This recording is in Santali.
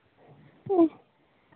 ᱦᱮᱸ